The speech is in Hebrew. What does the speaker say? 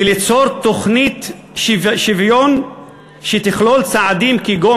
וליצור תוכנית שוויון שתכלול צעדים כגון